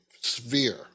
sphere